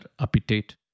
appetite